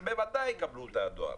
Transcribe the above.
שבוודאי יקבלו אותה הדואר,